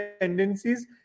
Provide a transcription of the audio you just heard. tendencies